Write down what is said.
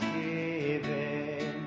given